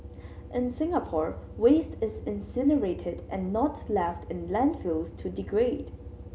in Singapore waste is incinerated and not left in landfills to degrade